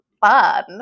fun